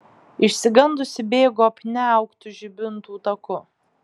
išsigandusi bėgu apniauktu žibintų taku